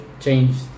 changed